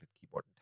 keyboard